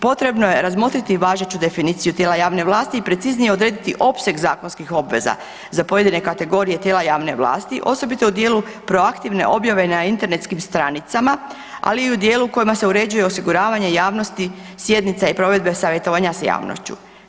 Potrebno je razmotriti važeću definiciju tijela javne vlasti i preciznije odrediti opseg zakonskih obveza za pojedine kategorije tijela javne vlasti, osobito u dijelu proaktivne objave na internetskim stranicama, ali u dijelu kojima se uređuje osiguravanje javnosti sjednica i provedbe savjetovanja s javnošću.